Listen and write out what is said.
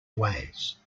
ways